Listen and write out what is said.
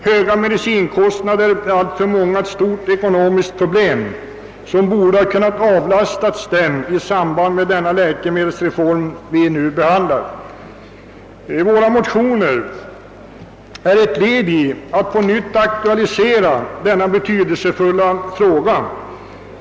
Höga medicinkostnader är för alltför många ett stort ekonomiskt problem, som borde ha kunnat avlastas dem i samband med den läkemedelsreform riksdagen nu behandlar. Våra motioner är ett led i strävandena att på nytt aktualisera denna betydelsefulla fråga.